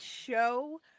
show